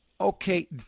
Okay